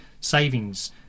savings